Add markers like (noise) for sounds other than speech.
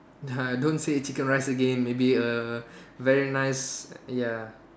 (noise) don't say chicken rice again maybe err very nice ya